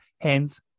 hence